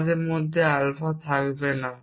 আমাদের মধ্যে আলফা থাকবে না